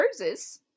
roses